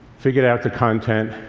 figured out the content,